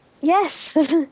Yes